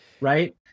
right